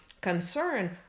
concern